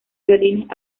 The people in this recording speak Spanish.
violines